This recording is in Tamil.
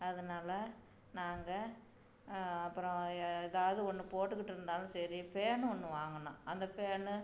அதனால் நாங்கள் அப்புறம் ஏதாவது ஒன்று போட்டுக்கிட்டு இருந்தாலும் சரி ஃபேனு ஒன்று வாங்கினோம் அந்த ஃபேனு